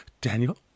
Daniel